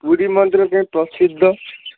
ପୁରୀ ମନ୍ଦିର ପ୍ରସିଦ୍ଧ